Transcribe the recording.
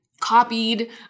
Copied